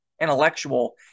intellectual